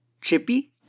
chippy